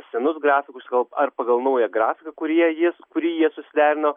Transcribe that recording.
senus grafikus ar pagal naują grafiką kurie jis kurį jie susiderino